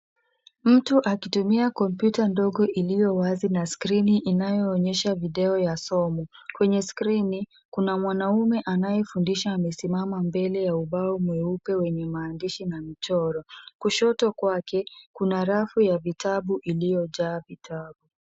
Mtu akitumia kompyuta ndogoiliyo wazi na skrini inayoonyesha video ya somo. Kwenye skrini, kuna mwanamume ambaye anafundisha amesimama mbele ya ubao mweupe wenye maandishi na michoro. Kushoto kwake kuna rafu ya vitabu iliyojaa vitabu.